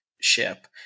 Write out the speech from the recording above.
ship